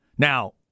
Now